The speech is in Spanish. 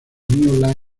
new